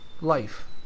life